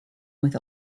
with